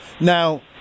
Now